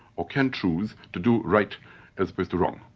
or can choose, to do right as opposed to wrong,